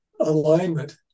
Alignment